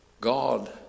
God